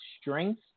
strength